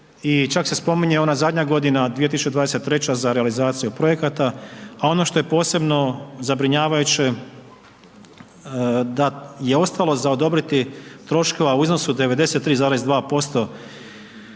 i čak se spominje ona zadnja godina od 2023. za realizaciju projekata, a ono što je posebno zabrinjavajuće da je ostalo za odobriti troškova u iznosu od 93,2%,